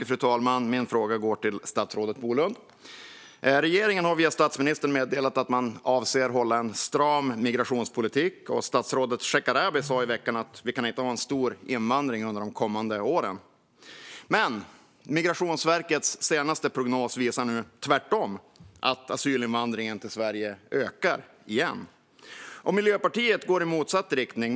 Fru talman! Min fråga går till statsrådet Bolund. Regeringen har via statsministern meddelat att man avser att föra en stram migrationspolitik, och statsrådet Shekarabi sa i veckan att vi inte kan ha en stor invandring under de kommande åren. Men Migrationsverkets senaste prognos visar - tvärtom - att asylinvandringen till Sverige ökar igen. Även Miljöpartiet går i motsatt riktning.